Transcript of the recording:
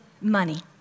money